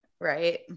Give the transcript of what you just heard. right